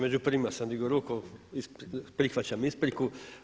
Među prvima sam digao ruku, prihvaćam ispriku.